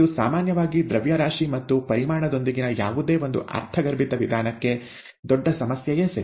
ಇದು ಸಾಮಾನ್ಯವಾಗಿ ದ್ರವ್ಯರಾಶಿ ಮತ್ತು ಪರಿಮಾಣದೊಂದಿಗಿನ ಯಾವುದೇ ಒಂದು ಅರ್ಥಗರ್ಭಿತ ವಿಧಾನಕ್ಕೆ ದೊಡ್ಡ ಸಮಸ್ಯೆಯೇ ಸರಿ